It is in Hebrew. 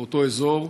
באותו אזור,